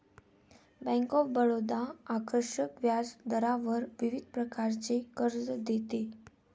bank of Baroda आकर्षक व्याजदरावर विविध प्रकारचे कर्ज देते